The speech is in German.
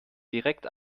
direkt